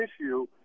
issue